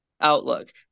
outlook